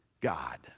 God